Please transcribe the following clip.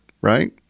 Right